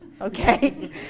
okay